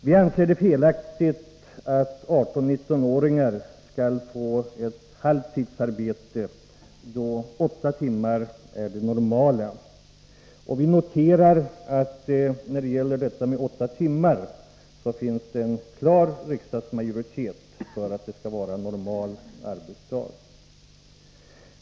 Vi anser det vara felaktigt att 18-19-åringar skall få halvtidsarbete, när åtta timmar är det normala — och vi noterar att det finns en klar riksdagsmajoritet för att det skall vara normal arbetsdag.